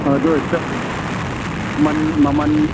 ꯑꯗꯨ ꯑꯣꯏꯇ ꯃꯃꯟ